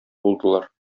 булдылар